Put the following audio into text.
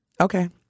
Okay